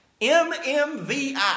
MMVI